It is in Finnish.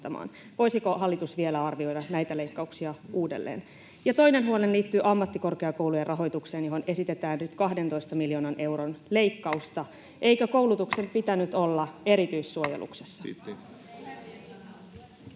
Voisiko hallitus vielä arvioida näitä leikkauksia uudelleen? Toinen huoleni liittyy ammattikorkeakoulujen rahoitukseen, johon esitetään nyt 12 miljoonan euron leikkausta. Eikö koulutuksen pitänyt olla erityissuojeluksessa? Edustaja